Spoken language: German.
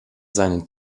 seinen